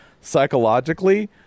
psychologically